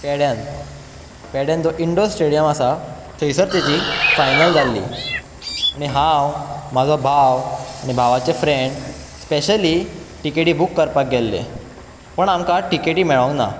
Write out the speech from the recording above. पेड्यान पेड्यान जो indoor stadium आसा थंयसर तेजी फायनल जाल्ली आनी हांव म्हाजो भाव आनी भावाचे फ्रेन्ड स्पेशली तिकेटी बूक करपाक गेल्ले पूण आमकां तिकेटी मेळोंक ना